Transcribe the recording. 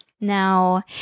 Now